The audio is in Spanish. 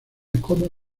como